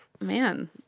man